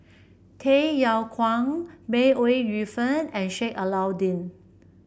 Tay Yong Kwang May Ooi Yu Fen and Sheik Alau'ddin